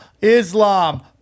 Islam